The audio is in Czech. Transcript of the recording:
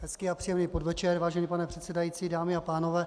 Hezký a příjemný podvečer, vážený pane předsedající, dámy a pánové.